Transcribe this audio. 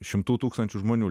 šimtų tūkstančių žmonių